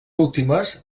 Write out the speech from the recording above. últimes